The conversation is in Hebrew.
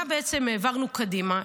מה בעצם העברנו קדימה?